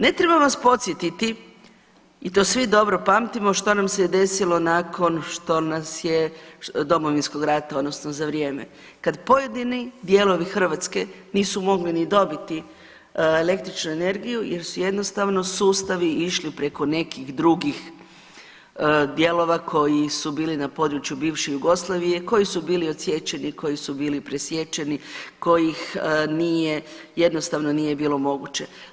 Ne trebam vas podsjetiti i to svi dobro pamtimo što nam se desilo nakon Domovinskog rata odnosno za vrijeme, kad pojedini dijelovi Hrvatske nisu mogli ni dobiti električnu energiju jer su jednostavno sustavi išli preko nekih drugih dijelova koji su bili na području bivše Jugoslavije koji su bili odsječeni, koji su bili presječeni, kojih jednostavno nije bilo moguće.